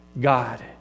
God